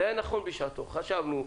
זה היה נכון בשעתו, חשבנו.